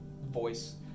voice